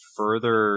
further